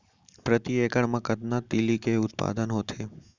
प्रति एकड़ मा कतना तिलि के उत्पादन होथे?